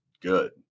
good